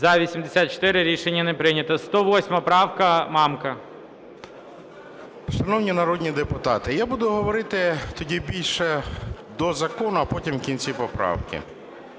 За-84 Рішення не прийнято. 108 правка, Мамка. 11:54:31 МАМКА Г.М. Шановні народні депутати, я буду говорити тоді більше до закону, а потім в кінці поправки.